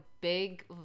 big